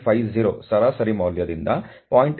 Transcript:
8750 ಸರಾಸರಿ ಮೌಲ್ಯದಿಂದ 0